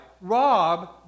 rob